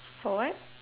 for what